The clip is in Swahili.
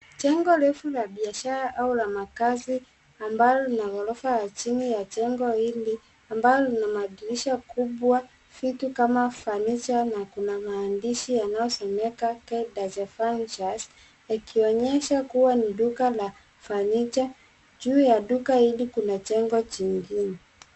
Jengo refu la biashara au la makazi ambalo lina ghorofa ya chini ya jengo hili ambalo lina lina madirisha kubwa, vitu kama furniture na kuna maandishi yanayosomeka paid as the furnitures yakionyesha kuwa ni duka la furniture . Juu ya duka hili kuna jengo jingine.